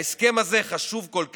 ההסכם הזה חשוב כל כך,